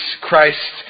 Christ